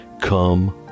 come